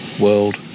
world